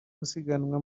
gusiganwa